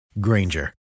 Granger